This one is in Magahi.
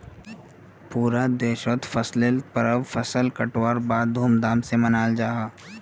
पूरा देशोत फसलेर परब फसल कटवार बाद धूम धाम से मनाल जाहा